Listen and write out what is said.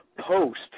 post